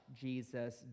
Jesus